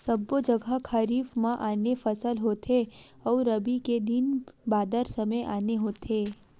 सबो जघा खरीफ म आने फसल होथे अउ रबी के दिन बादर समे आने होथे